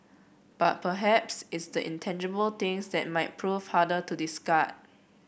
but perhaps it's the intangible things that might prove harder to discard